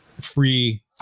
free